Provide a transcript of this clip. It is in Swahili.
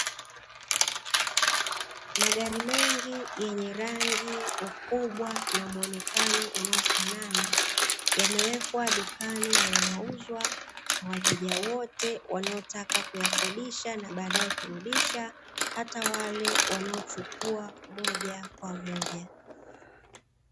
Magari mengi yenye rangi, ukubwa na muonekano unaofanana, yamewekwa dukani yanauzwa kwa wateja wote wanaotaka kuyakodisha na baadaye kurudisha, hata wale wanaochukua moja kwa moja.